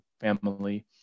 family